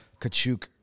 Kachuk